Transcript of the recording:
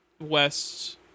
west